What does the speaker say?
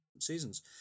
seasons